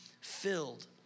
filled